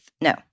No